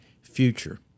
future